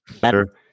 better